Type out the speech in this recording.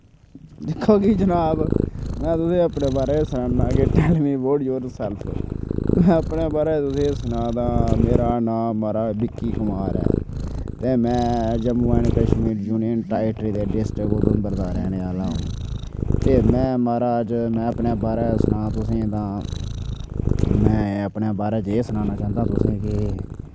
दिक्खो जी जनाब में तुसें अपने बारे च सनान्ना कि tell me about yourself में अपने बारे च तुसें सनाऽ ता मेरा नांऽ मा'राज बिक्की कुमार ऐ ते में Jammu and Kashmir union territory district Udhampur दा रौह्ने आह्ला आं ते में मा'राज में अपने बारे च सनांऽ तुसें ई तां में अपने बारे च एह् सनान्ना चांह्न्ना तुसें ई कि